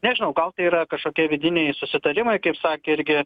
nežinau gal tai yra kažkokie vidiniai susitarimai kaip sakė irgi